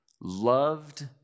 loved